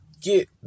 get